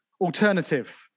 alternative